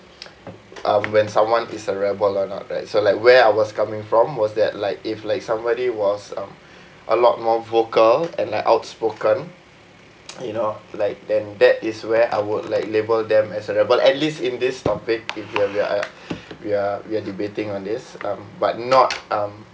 um when someone is a rebel or not right so like where I was coming from was that like if like somebody was uh a lot more vocal and uh outspoken you know like then that is where I would like label them as a rebel at least in this topic if we are we are at we are we are debating on this um but not um